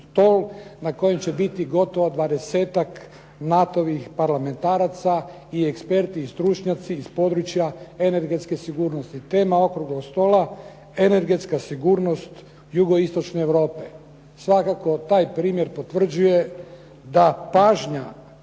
na kojem će biti gotovo 20-ak NATO-vi parlamentaraca i eksperti i stručnjaci iz područja energetske sigurnosti. Tema okruglog stola "Energetska sigurnost jugoistočne Europe". Svakako taj primjer potvrđuje da pažnja